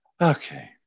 Okay